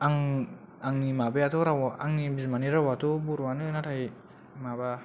आं आंनि माबायाथ' रावा आंनि बिमानि रावाथ' बर'आनो नाथाय माबा